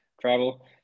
travel